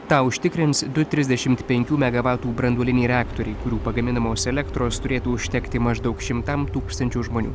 tą užtikrins du trisdešimt penkių megavatų branduoliniai reaktoriai kurių pagaminamos elektros turėtų užtekti maždaug šimtam tūkstančių žmonių